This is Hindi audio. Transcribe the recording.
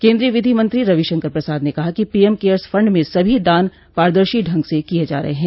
केंद्रीय विधि मंत्री रविशंकर प्रसाद ने कहा कि पीएम केयर्स फंड में सभी दान पारदर्शी ढंग से किये जा रहे हैं